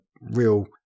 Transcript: real